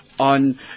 on